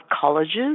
colleges